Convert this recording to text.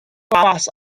gwas